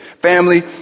Family